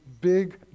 big